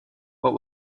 what